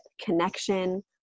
connection